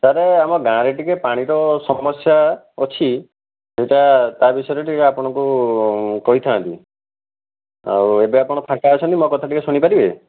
sir ଆମ ଗାଁରେ ଟିକିଏ ପାଣିର ସମସ୍ୟା ଅଛି ସେଇଟା ତା ବିଷୟରେ ଟିକିଏ ଆପଣଙ୍କୁ କହିଥାନ୍ତି ଆଉ ଏବେ ଆପଣ ଫାଙ୍କା ଅଛନ୍ତି ମୋ କଥା ଟିକିଏ ଶୁଣିପାରିବେ